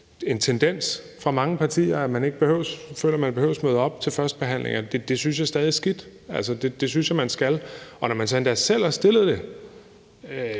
en tendens hos mange partier, at man ikke føler, at man behøver møde op til førstebehandlinger, men det synes jeg er skidt. Det synes jeg man skal gøre. Og når man så endda selv har fremsat